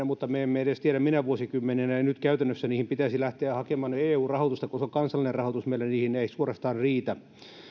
mutta me emme edes tiedä minä vuosikymmenenä ja nyt käytännössä niihin pitäisi lähteä hakemaan eu rahoitusta koska kansallinen rahoitus meillä niihin ei suorastaan riitä